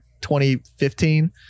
2015